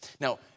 Now